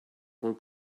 von